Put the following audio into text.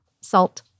salt